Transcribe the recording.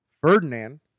Ferdinand